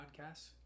podcasts